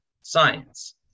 science